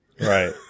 Right